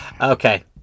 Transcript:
Okay